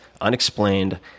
unexplained